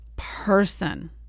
person